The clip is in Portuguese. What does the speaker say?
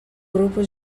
grupo